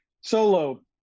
Solo